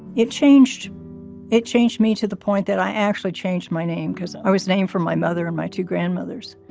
it changed it changed me to the point that i actually changed my name because i was named for my mother and my two grandmothers.